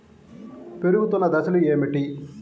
పెరుగుతున్న దశలు ఏమిటి?